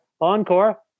Encore